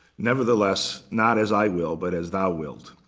nevertheless, not as i will, but as thou wilt.